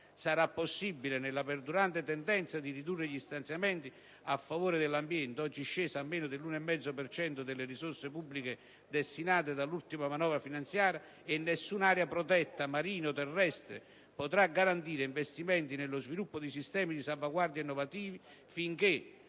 sarà possibile nella perdurante tendenza a ridurre gli stanziamenti a favore dell'ambiente (oggi scesi a meno dell'1,5 per cento delle risorse pubbliche destinate all'ultima manovra finanziaria) e nessuna area protetta, marina o terrestre, potrà garantire investimenti nello sviluppo di sistemi di salvaguardia innovativi finché